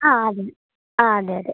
ആ അതും ആ അതെ അതെ